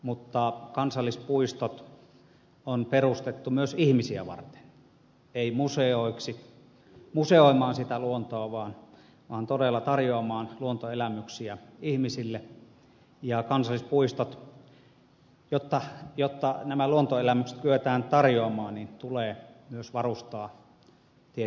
mutta kansallispuistot on perustettu myös ihmisiä varten ei museoiksi museoimaan sitä luontoa vaan todella tarjoamaan luontoelämyksiä ihmisille ja jotta nämä luontoelämykset kyetään tarjoamaan kansallispuistot tulee myös varustaa tietyillä palveluilla